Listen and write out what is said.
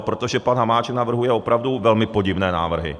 Protože pan Hamáček navrhuje opravdu velmi podivné návrhy.